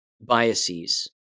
biases